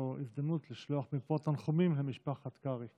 זאת הזדמנות לשלוח מפה תנחומים למשפחת קרעי